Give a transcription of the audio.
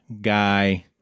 guy